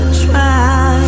try